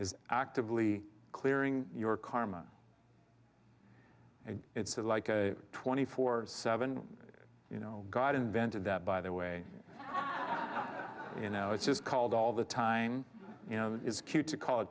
is actively clearing your karma and it's like a twenty four seven you know god invented that by the way you know it's just called all the time you know it's cute to call it